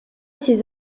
ces